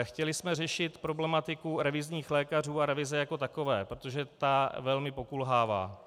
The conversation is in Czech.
Chtěli jsme řešit problematiku revizních lékařů a revize jako takové, protože ta velmi pokulhává.